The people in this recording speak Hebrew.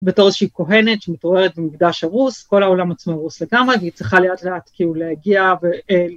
בתור שהיא כהנת שמתעוררת במקדש הרוס כל העולם עצמו הרוס לגמרי והיא צריכה לאט לאט כאילו להגיע